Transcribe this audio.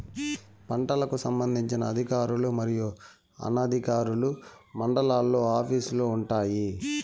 పంటలకు సంబంధించిన అధికారులు మరియు అనధికారులు మండలాల్లో ఆఫీస్ లు వుంటాయి?